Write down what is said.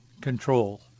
control